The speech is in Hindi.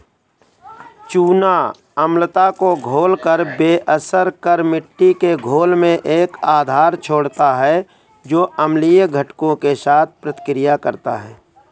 चूना अम्लता को घोलकर बेअसर कर मिट्टी के घोल में एक आधार छोड़ता है जो अम्लीय घटकों के साथ प्रतिक्रिया करता है